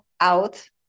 out